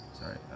sorry